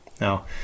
Now